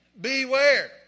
Beware